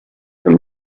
from